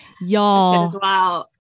Y'all